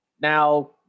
now